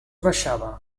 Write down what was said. baixava